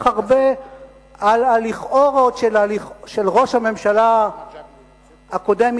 הרבה על ה"לכאורות" של ראש הממשלה הקודם,